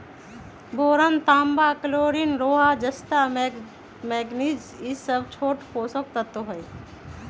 boron तांबा chlorine लोहा जस्ता मैग्निज ई स छोट पोषक तत्त्व हई